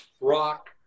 rock